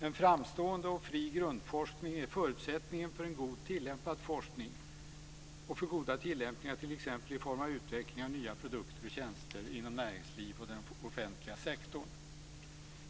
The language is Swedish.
En framstående och fri grundforskning är förutsättningen för en god tillämpad forskning och för goda tillämpningar t.ex. i form av utveckling av nya produkter och tjänster inom näringslivet och den offentliga sektorn.